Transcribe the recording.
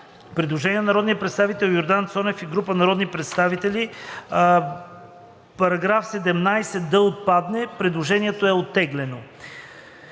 Предложение на народния представител Йордан Цонев и група народни представители –§ 17 да отпадне. Предложението е оттеглено.